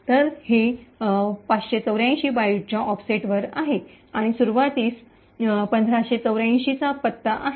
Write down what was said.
तर हे ५८४ बाइटच्या ऑफसेटवर आहे आणि सुरुवातीस १५८४ चा पत्ता आहे